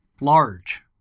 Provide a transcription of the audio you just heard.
large